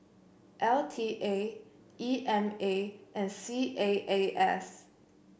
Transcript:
L T A E M A and C A A S